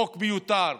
החוק מיותר.